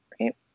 right